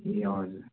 ए हजुर